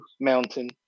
mountain